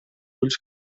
ulls